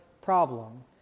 problem